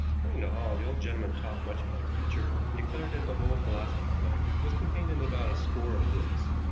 according to hall, the old gentleman talked much about literature, and declared that the whole philosophy of life was contained in about a score of books.